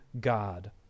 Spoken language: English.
God